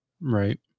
Right